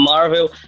Marvel